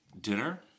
dinner